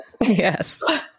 Yes